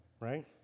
right